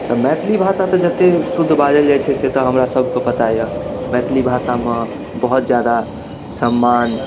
तऽ मैथिली भाषा तऽ जतेक शुद्ध बाजल जाइत छै से हमरा सबके पता अइ मैथिली भाषामे बहुत जादा सम्मान